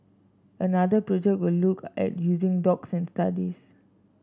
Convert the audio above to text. another project will look at using dogs and studies